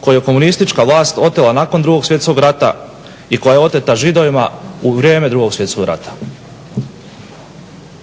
koju je komunistička vlast otela nakon 2. svjetskog rata i koja je oteta Židovima u vrijeme 2. svjetskog rata?